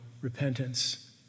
repentance